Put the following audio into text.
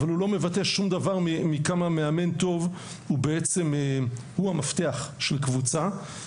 אבל הוא לא מבטא שום דבר מכמה מאמן טוב הוא בעצם המפתח של קבוצה,